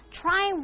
try